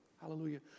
Hallelujah